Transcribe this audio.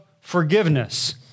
forgiveness